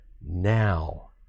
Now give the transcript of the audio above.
now